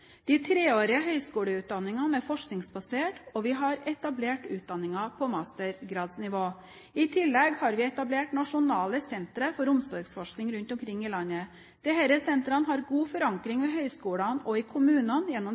De treårige høyskoleutdanningene skal være forskningsbaserte, og vi har etablert mange utdanninger på mastergradsnivå. I tillegg har vi etablert nasjonale sentre for omsorgsforskning rundt om i landet. Disse sentrene har god forankring ved høyskolene og i kommunene gjennom